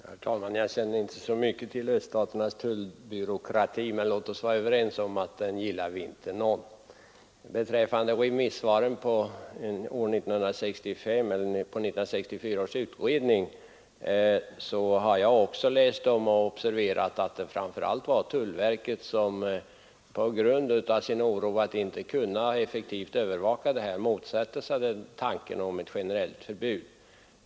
Herr talman! Jag känner inte så mycket till öststaternas tullbyråkrati, men låt oss vara överens om att den gillar inte någon av oss. Beträffande remissvaren på 1964 års utredning har jag också läst dem och uppmärksammat att det framför allt var tullverket som motsatte sig tanken på ett generellt förbud på grund av sin oro för att inte kunna effektivt övervaka det.